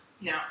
no